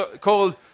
called